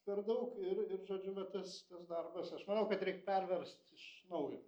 per daug ir ir žodžiu va tas tas darbas aš manau kad reik perverst iš naujo